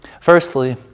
Firstly